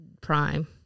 prime